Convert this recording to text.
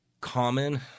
common